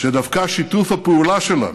שדווקא שיתוף הפעולה שלנו